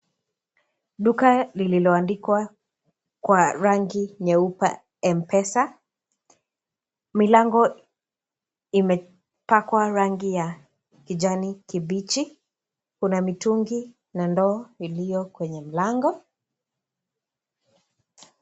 Duka lililoandiko kwa rangi nyeupe Mpesa. Milango imepakwa rangi ya kijani kibichi. Kuna mitungi na ndoo iliyo kwenye milango.